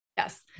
Yes